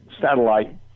satellite